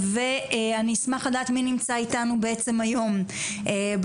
ואני אשמח לדעת מי נמצא איתנו בעצם היום בדיון,